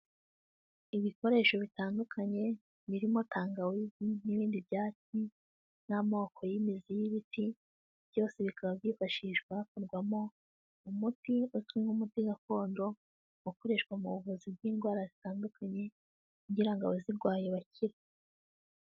Ibikoresho bitandukanye birimo tangawizi n'ibindi byatsi n'amoko y'imizi y'ibiti, byose bikaba byifashishwa hakorwamo umuti uzwi nk'umuti gakondo, ukoreshwa mu buvuzi bw'indwara zitandukanye kugira ngo abazirwaye bakire.